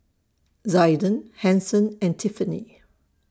Zaiden Hanson and Tiffani